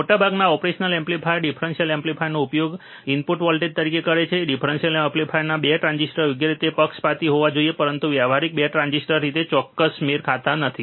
મોટાભાગના operational amplifier differential એમ્પ્લીફાયરનો ઉપયોગ ઇનપુટ વોલ્ટેજ તરીકે કરે છે ડિફરન્સીઅલ એમ્પ્લીફાયરના 2 ટ્રાન્ઝિસ્ટર યોગ્ય રીતે પક્ષપાતી હોવા જોઈએ પરંતુ વ્યવહારીક 2 ટ્રાન્ઝિસ્ટર સાથે ચોક્કસ મેળ ખાવાનું શક્ય નથી